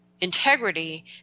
integrity